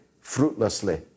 fruitlessly